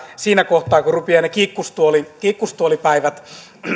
siinä kohtaa kun rupeavat ne kiikkustuolipäivät kiikkustuolipäivät